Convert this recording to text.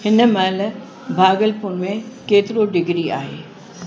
हिन महिल भागलपुर में केतिरो डिग्री आहे